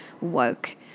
woke